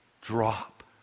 drop